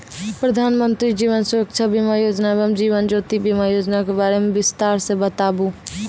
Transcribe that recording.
प्रधान मंत्री जीवन सुरक्षा बीमा योजना एवं जीवन ज्योति बीमा योजना के बारे मे बिसतार से बताबू?